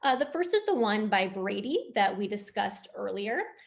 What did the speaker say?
ah the first is the one by brady that we discussed earlier,